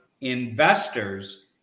investors